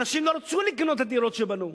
אנשים לא רצו לקנות את הדירות שבנו.